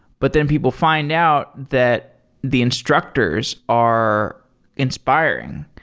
but then people find out that the instructors are inspiring.